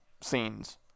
scenes